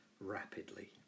rapidly